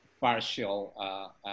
partial